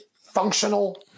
functional